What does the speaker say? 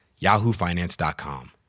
yahoofinance.com